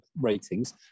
ratings